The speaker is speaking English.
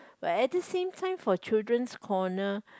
but at the same time for children's corner